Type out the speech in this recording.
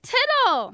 Tittle